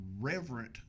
reverent